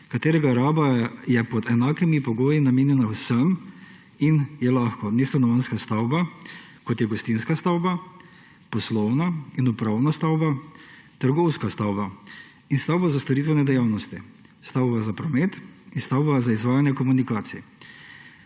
katerega raba je pod enakimi pogoji namenjena vsem in je lahko nestanovanjska stavba, kot je gostinska stavba, poslovna in upravna stavba, trgovska stavba in stavba za storitvene dejavnosti, stavba za promet in stavba za izvajanje komunikacij,